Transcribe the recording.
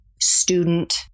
student